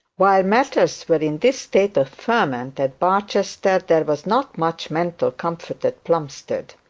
while matters were in this state of ferment at barchester, there was not much mental comfort at plumstead.